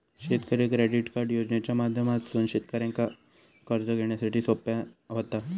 शेतकरी credit card योजनेच्या माध्यमातसून शेतकऱ्यांका कर्ज घेण्यासाठी सोप्या व्हता